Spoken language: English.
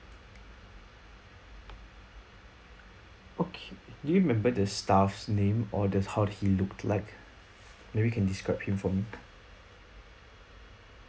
okay do you remember the staff's name or the how he looked like maybe can describe him for me